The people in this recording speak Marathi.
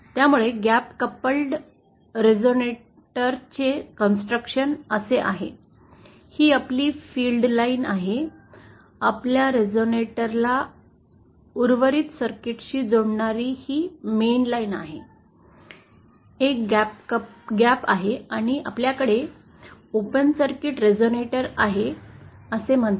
त्यामुळे गॅप कपल्ड कपल्ड रिझोनेटरचे कंस्ट्रक्शन असे आहे ही आपली फीड लाईन आहे आपल्या रेझोनेटरला उर्वरित सर्किटशी जोडणारी ही मेनलाइन आहे एक गॅप आहे आणि आपल्याकडे ओपन सर्किट रेझोनेटर आहे असे म्हणतात